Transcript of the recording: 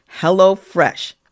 HelloFresh